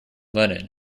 lennon